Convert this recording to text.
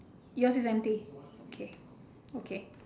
yours is empty okay okay